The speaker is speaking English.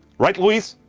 right louise?